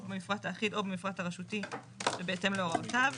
במפרט האחיד או במפרט הרשותי ובהתאם להוראותיו.